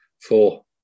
Four